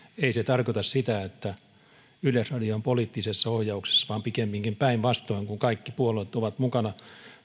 ei tarkoita sitä että yleisradio on poliittisessa ohjauksessa vaan pikemminkin päinvastoin kun kaikki puolueet ovat mukana